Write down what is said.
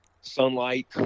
Sunlight